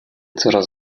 coraz